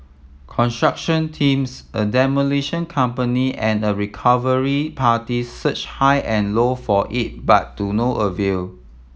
construction teams a demolition company and a recovery parties searched high and low for it but do no avail